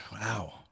Wow